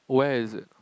where is it